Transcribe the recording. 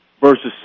versus